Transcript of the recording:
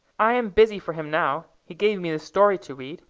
i am busy for him now. he gave me this story to read.